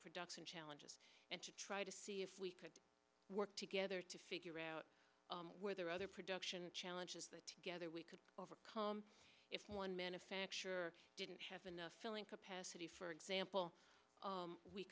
production challenges and to try to see if we could work together to figure out where there are other production challenges but together we could overcome if one manufacturer didn't have enough filling capacity for example